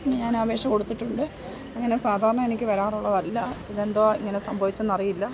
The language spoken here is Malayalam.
ഞാൻ അപേക്ഷ കൊടുത്തിട്ടുണ്ട് അങ്ങനെ സാധാരണ എനിക്ക് വരാറുള്ളതല്ല ഇതെന്തോ ഇങ്ങനെ സംഭവിച്ചതെന്ന് അറിയില്ല